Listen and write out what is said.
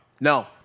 No